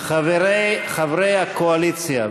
חברי הקואליציה,